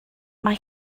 mae